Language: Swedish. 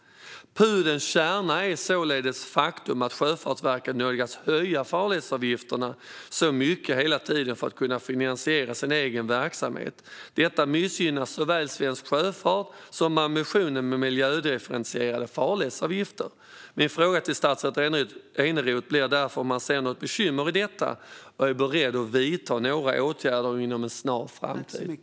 Pudelns kärna är således det faktum att Sjöfartsverket nödgas höja farledsavgifterna så mycket hela tiden för att kunna finansiera sin egen verksamhet. Detta missgynnar såväl svensk sjöfart som ambitionen med miljödifferentierade farledsavgifter. Min fråga till statsrådet Eneroth blir därför om han ser något bekymmer i detta och är beredd att vidta några åtgärder inom en snar framtid.